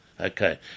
Okay